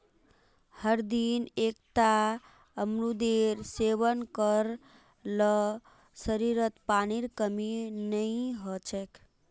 हरदिन एकता अमरूदेर सेवन कर ल शरीरत पानीर कमी नई ह छेक